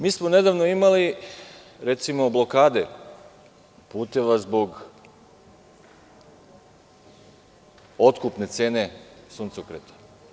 Mi smo nedavno imali, recimo, blokade puteva zbog otkupne cene suncokreta.